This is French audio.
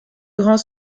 grand